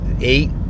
eight